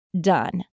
done